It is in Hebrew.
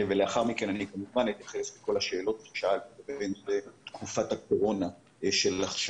ולאחר מכן כמובן אתייחס לכל השאלות ששאלת לגבי תקופת הקורונה עכשיו.